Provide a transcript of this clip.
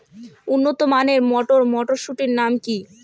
উন্নত মানের মটর মটরশুটির নাম?